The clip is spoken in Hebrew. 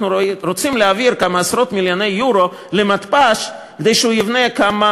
אנחנו רוצים להעביר כמה עשרות מיליוני יורו למתפ"ש כדי שהוא יבנה כמה